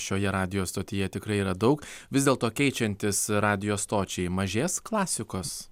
šioje radijo stotyje tikrai yra daug vis dėlto keičiantis radijo stočiai mažės klasikos